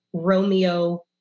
romeo